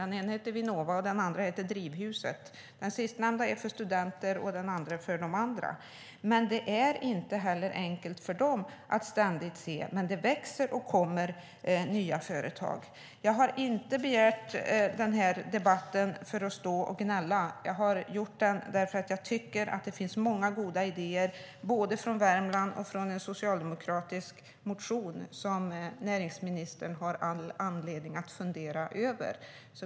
Den ena heter Vinnova och den andra heter Drivhuset. Den sistnämnda är för studenter och den första för övriga. Det är inte enkelt heller för dem att ständigt se, men det växer och kommer nya företag. Jag har inte begärt denna debatt för att stå och gnälla. Jag har gjort det för att jag tycker att det finns många goda idéer både från Värmland och från en socialdemokratisk motion, som näringsministern har all anledning att fundera över.